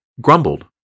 grumbled